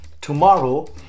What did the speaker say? tomorrow